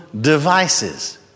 devices